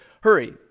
hurry